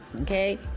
Okay